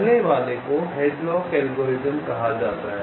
पहले वाले को हैडलॉक एल्गोरिथ्म Hadlock's algorithm कहा जाता है